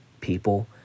people